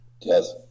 Yes